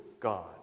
God